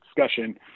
discussion